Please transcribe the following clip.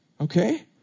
Okay